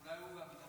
אולי הוא והביטחון,